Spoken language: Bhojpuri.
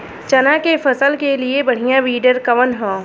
चना के फसल के लिए बढ़ियां विडर कवन ह?